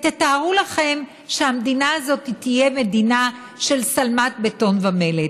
תתארו לכם שהמדינה הזאת תהיה מדינה של שלמת בטון ומלט.